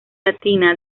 latina